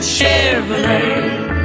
Chevrolet